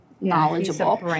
knowledgeable